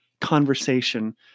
conversation